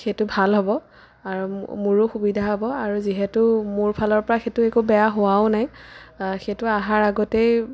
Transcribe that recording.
সেইটো ভাল হ'ব আৰু মোৰো সুবিধা হ'ব আৰু যিহেতু মোৰ ফালৰ পৰা সেইটো একো বেয়া হোৱাও নাই সেইটো অহাৰ আগতেই